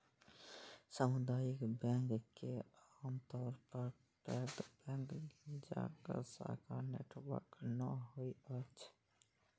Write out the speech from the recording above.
सामुदायिक बैंक के आमतौर पर पैघ बैंक जकां शाखा नेटवर्क नै होइ छै